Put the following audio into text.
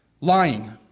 Lying